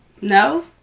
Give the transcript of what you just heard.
no